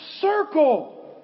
circle